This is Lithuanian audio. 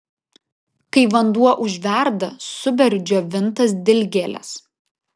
kai vanduo užverda suberiu džiovintas dilgėles